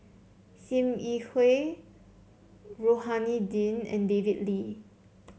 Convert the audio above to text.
Sim Yi Hui Rohani Din and David Lee